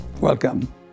Welcome